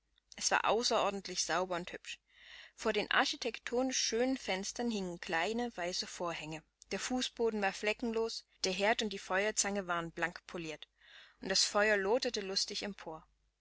es war außerordentlich sauber und hübsch vor den architektonisch schönen fenstern hingen kleine weiße vorhänge der fußboden war fleckenlos der herd und die feuerzange waren blank poliert und das feuer loderte lustig empor